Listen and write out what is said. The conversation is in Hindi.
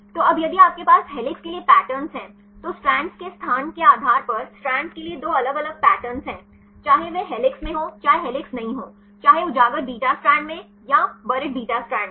तो अब यदि आपके पास हेलिक्स के लिए पैटर्न हैं तो स्ट्रैंड्स के स्थान के आधार पर स्ट्रैंड के लिए दो अलग अलग पैटर्न हैं चाहे वह हेलिक्स में हो चाहे हेलिक्स नहीं हो चाहे उजागर बीटा स्ट्रैंड में या दफन बीटा स्ट्रैंड में